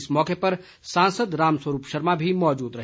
इस मौके पर सांसद रामस्वरूप शर्मा भी मौजूद रहे